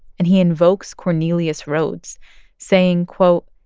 and he invokes cornelius rhoads saying, quote,